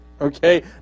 Okay